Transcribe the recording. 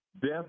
death